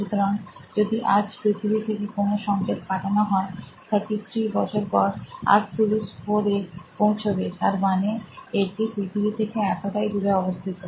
সুতরাং যদি আজ পৃথিবী থেকে কোন সংকেত পাঠানো হয় 33 বছর পর আর্কটুরুস IV এ পৌছবে তারমানে এটি পৃথিবী থেকে এতটাই দূরে অবস্থিত